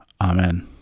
Amen